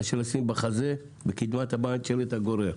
מאשר לשים על החזה, בקדמת הבמה את שלט 'הגורר'.